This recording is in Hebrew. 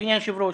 אדוני היושב-ראש,